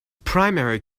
primary